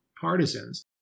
partisans